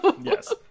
Yes